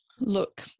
Look